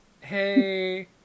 hey